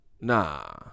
Nah